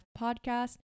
Podcast